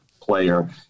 player